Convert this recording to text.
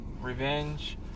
revenge